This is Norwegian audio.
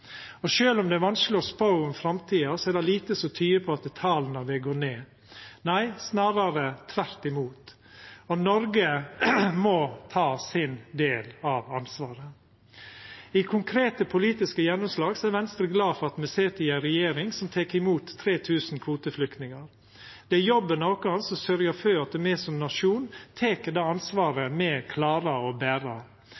om det er vanskeleg å spå om framtida, er det lite som tyder på at tala vil gå ned, snarare tvert imot. Noreg må ta sin del av ansvaret. Når det gjelder konkrete politiske gjennomslag, er Venstre glad for at me sit i ei regjering som tek imot 3 000 kvoteflyktningar. Det er jobben vår å sørgja for at me som nasjon tek det ansvaret